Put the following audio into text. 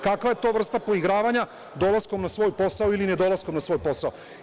Kakva je to vrsta poigravanja dolaskom na svoj posao ili nedolaskom na svoj posao?